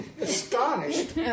astonished